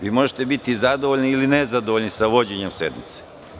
Vi možete biti zadovoljni ili nezadovoljni sa vođenjem sednice.